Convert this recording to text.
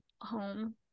home